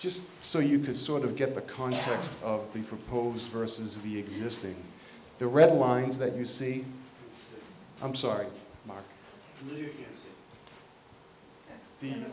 just so you can sort of get the context of the proposed versus the existing the red lines that you see i'm sorry m